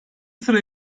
sıra